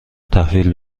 تحویل